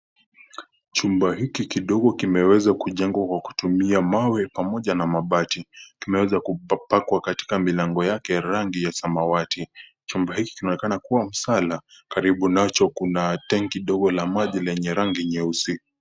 Chumba hiki kidogo kimeweza kujengwa kwa kutumia mawe pamoja na mabati, kimeweza kupakwa katika milango yake rangi ya samawati, chumba hiki kinaonekana kuwa msala karibu nacho kuna tenki dogo la maji lenye rangi nyeusi.